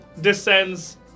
descends